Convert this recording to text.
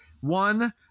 one